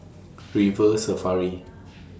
River Safari